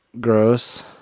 gross